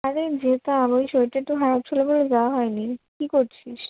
আরে যেতাম ওই শরীরটা একটু খারাপ ছিলো বলে যাওয়া হয় নি কী করছিস